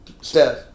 Steph